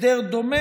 הסדר דומה,